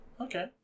okay